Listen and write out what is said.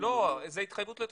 לא, זה התחייבות לתשלומים.